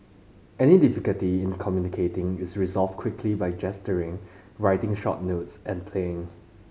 any difficulty in communicating is resolved quickly by gesturing writing short notes and playing